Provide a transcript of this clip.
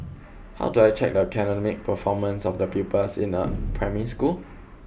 how do I check the academic performance of the pupils in a primary school